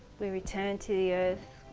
we return to the earth,